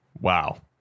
wow